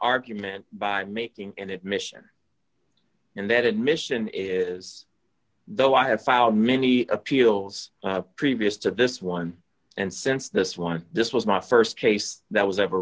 argument by making an admission and that admission is though i have filed many appeals previous to this one and since this one this was my st case that was ever